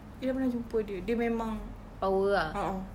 ida pernah jumpa dia dia memang a'ah